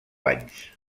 anys